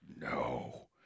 No